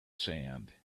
sand